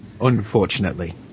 Unfortunately